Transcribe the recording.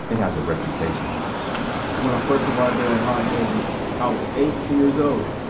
it has a reputation when i first arrived at high desert i was eighteen years old,